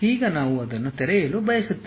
ಈಗ ನಾವು ಅದನ್ನು ತೆರೆಯಲು ಬಯಸುತ್ತೇವೆ